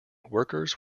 workers